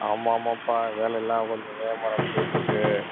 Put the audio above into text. ஆமாம் ஆமாப்பா வேலையெல்லாம் கொஞ்சம் வேகமாக நடந்துகிட்ருக்கு